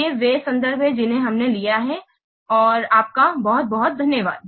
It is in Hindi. ये वे संदर्भ हैं जिन्हें हमने लिया है और आपका बहुत बहुत धन्यवाद